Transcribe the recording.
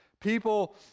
people